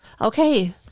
Okay